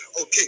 okay